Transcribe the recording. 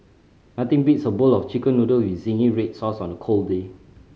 nothing beats a bowl of Chicken Noodle with zingy red sauce on a cold day